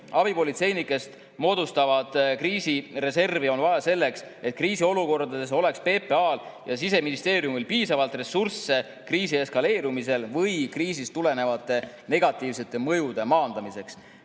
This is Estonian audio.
Abipolitseinikest moodustatavat kriisireservi on vaja selleks, et kriisiolukordades oleks PPA‑l ja Siseministeeriumil piisavalt ressursse kriisi eskaleerumisel või kriisist tulenevate negatiivsete mõjude maandamiseks.